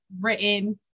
written